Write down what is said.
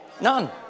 None